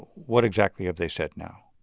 what exactly have they said now?